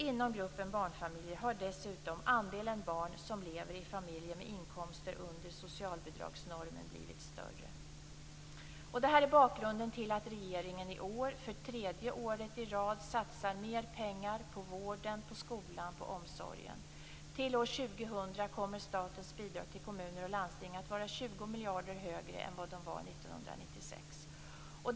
Inom gruppen barnfamiljer har dessutom andelen barn som lever i familjer med inkomster under socialbidragsnormen blivit större. Detta är bakgrunden till att regeringen i år, för tredje året i rad, satsar mer pengar på vård, skola och omsorg. Till år 2000 kommer statens bidrag till kommuner och landsting att vara 20 miljarder högre än vad de var år 1996.